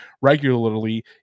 regularly